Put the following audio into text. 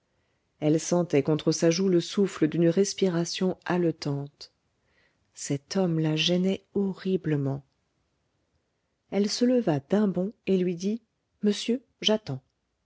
elle sentait contre sa joue le souffle d'une respiration haletante cet homme la gênait horriblement elle se leva d'un bond et lui dit monsieur j'attends